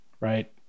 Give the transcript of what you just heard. right